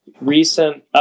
recent